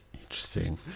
Interesting